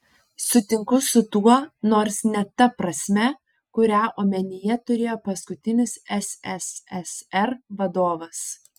sutinku su tuo nors ne ta prasme kurią omenyje turėjo paskutinis sssr vadovas